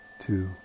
two